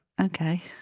Okay